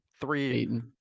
three